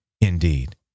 indeed